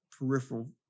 peripheral